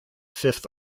fifth